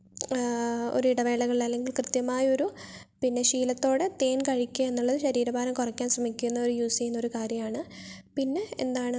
ഒരു ഇടവേളകളിൽ അല്ലെങ്കിൽ കൃത്യമായൊരു പിന്നെ ശീലത്തോടെ തേൻ കഴിക്കുക എന്നുള്ളത് ശരീര ഭാരം കുറക്കാൻ ശ്രമിക്കുന്നവര് യൂസ് ചെയ്യുന്ന ഒരു കാര്യമാണ് പിന്നെ എന്താണ്